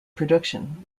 production